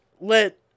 let